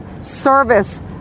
service